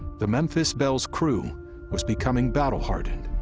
the memphis belle's crew was becoming battle-hardened.